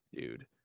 dude